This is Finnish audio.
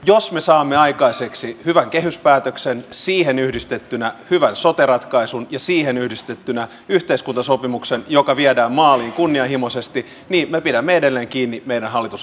jos me saamme aikaiseksi hyvän kehyspäätöksen siihen yhdistettynä hyvän sote ratkaisun ja siihen yhdistettynä yhteiskuntasopimuksen joka viedään maaliin kunnianhimoisesti niin me pidämme edelleen kiinni meidän hallitusohjelmamme tavoitteesta